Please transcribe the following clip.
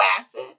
asset